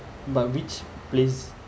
but which place